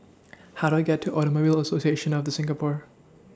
How Do I get to Automobile Association of The Singapore